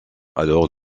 alors